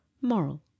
Moral